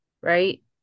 right